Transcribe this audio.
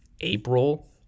April